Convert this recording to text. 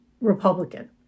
Republican